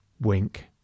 wink